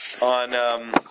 on